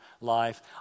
life